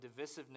divisiveness